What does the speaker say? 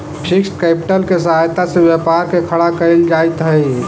fixed capital के सहायता से व्यापार के खड़ा कईल जइत हई